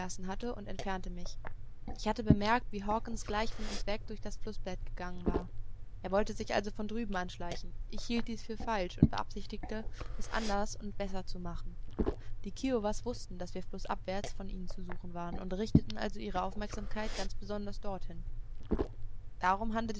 hatte und entfernte mich ich hatte bemerkt wie hawkens gleich von uns weg durch das flußbett gegangen war er wollte sich also von drüben anschleichen ich hielt dies für falsch und beabsichtigte es anders und besser zu machen die kiowas wußten daß wir flußaufwärts von ihnen zu suchen waren und richteten also ihre aufmerksamkeit ganz besonders dorthin darum handelte